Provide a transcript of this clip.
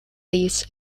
these